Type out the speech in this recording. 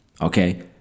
Okay